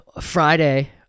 Friday